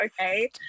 okay